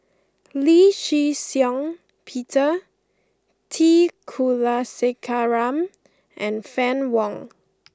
Lee Shih Shiong Peter T Kulasekaram and Fann Wong